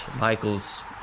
Michael's